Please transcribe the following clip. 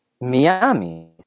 Miami